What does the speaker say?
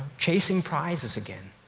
chasing prizes again.